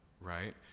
right